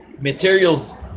materials